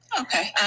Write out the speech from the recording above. okay